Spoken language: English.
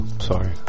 Sorry